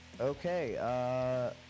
Okay